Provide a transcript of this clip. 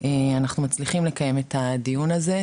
אנחנו מצליחים לקיים את הדיון הזה,